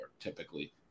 typically